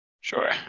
Sure